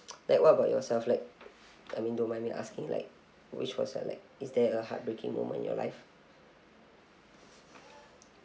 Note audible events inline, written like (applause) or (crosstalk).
(noise) like what about yourself like I mean don't mind me asking like which was your like is there a heartbreaking moment in your life